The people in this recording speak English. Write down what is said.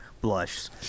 blushes